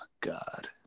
God